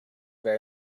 very